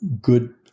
good